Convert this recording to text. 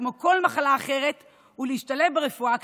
כמו כל מחלה אחרת ולהשתלב ברפואה הכללית".